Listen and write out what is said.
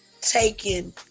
taken